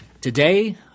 Today